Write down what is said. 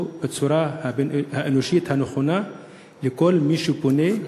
בצורה האנושית הנכונה לכל מי שפונה אליהם,